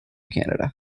canada